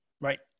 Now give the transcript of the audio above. Right